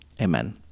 Amen